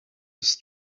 his